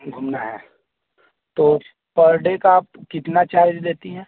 घूमना है तो पर डे का आप कितना चार्ज लेती हैं